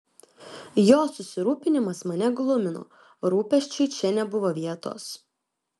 jo susirūpinimas mane glumino rūpesčiui čia nebuvo vietos